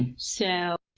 so,